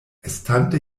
estante